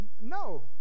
No